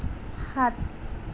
সাত